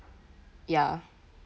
ya